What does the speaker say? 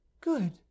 good